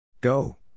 Go